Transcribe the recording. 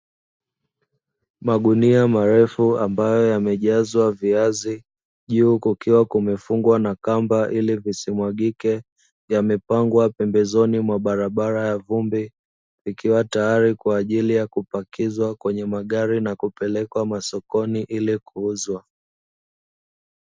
Magunia marefu ambayo yamejazwa viazi, juu kukiwa kumefungwa na kamba ili zisimwagike. Yamepangwa pembezoni mwa barabara ya vumbi, ikiwa tayari kwa ajili ya kupakizwa kwenye magari na kupelekwa sokoni ili kuuzwa.